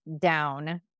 down